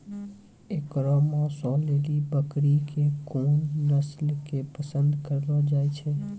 एकरो मांसो लेली बकरी के कोन नस्लो के पसंद करलो जाय छै?